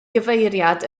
gyfeiriad